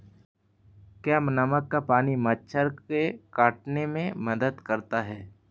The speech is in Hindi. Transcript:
क्या नमक का पानी मच्छर के काटने में मदद करता है?